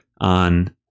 on